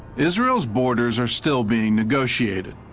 israel's borders are still being negotiated.